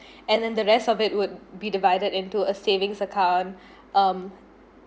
and then the rest of it would be divided into a savings account um